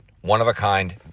one-of-a-kind